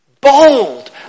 bold